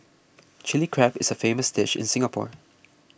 Chilli Crab is a famous dish in Singapore